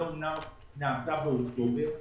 זה אמנם נעשה באוקטובר.